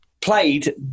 played